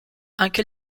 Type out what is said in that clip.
anche